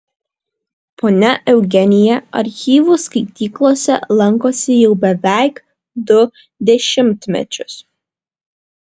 ponia eugenija archyvų skaityklose lankosi jau beveik du dešimtmečius